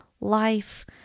life